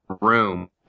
room